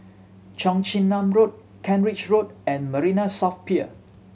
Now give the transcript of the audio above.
Cheong Chin Nam Road Kent Ridge Road and Marina South Pier